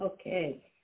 okay